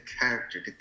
character